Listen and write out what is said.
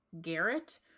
Garrett